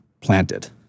planted